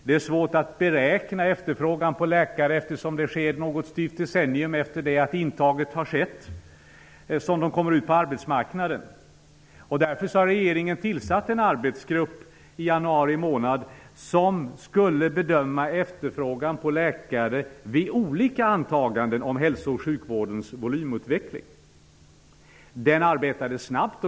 Det är svårt att beräkna efterfrågan på läkare, eftersom det tar ett styvt decennium efter att intaget har skett tills de kommer ut på arbetsmarknaden. Därför tillsatte regeringen en arbetsgrupp i januari månad som skulle bedöma efterfrågan på läkare vid olika antaganden om hälso och sjukvårdens volymutveckling. Utredningen arbetade snabbt.